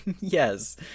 Yes